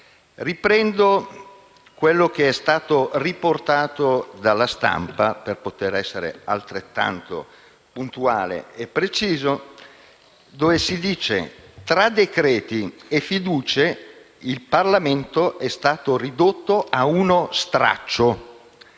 Riprendo quanto è stato riportato dalla stampa per poter essere altrettanto puntuale e preciso, dove si dice: «Tra decreti e fiducie, il Parlamento è stato ridotto uno straccio».